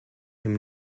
him